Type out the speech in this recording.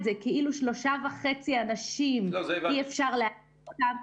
זה כאילו 3.5 --- אי אפשר --- אותם,